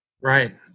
Right